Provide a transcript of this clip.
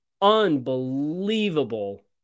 unbelievable